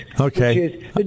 Okay